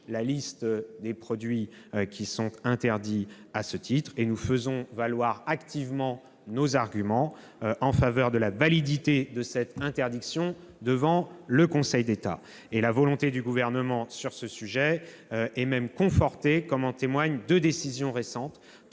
la liste des produits qui sont interdits à ce titre. Nous faisons activement valoir nos arguments en faveur de la validité de cette interdiction devant le Conseil d'État. La volonté du Gouvernement sur ce sujet est même confortée, comme en témoignent deux décisions récentes